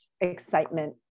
excitement